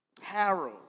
Harold